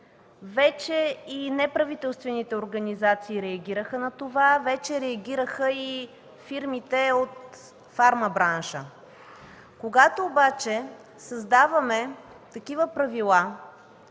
Вече и неправителствените организации реагираха на това. Вече реагираха и фирмите от фарма-бранша. Когато обаче създаваме такива правила,